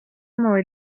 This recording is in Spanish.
mover